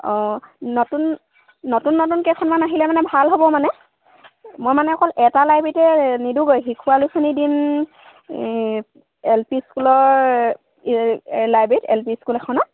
অঁ নতুন নতুন নতুন কেইখনমান আহিলে মানে ভাল হ'ব মানে মই মানে অকল এটা লাইব্ৰেৰীতে নিদওঁগৈ শিশু আলোচনী দিম এই এল পি স্কুলৰ লাইব্ৰৰীত এল পি স্কুল এখনত